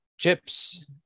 chips